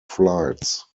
flights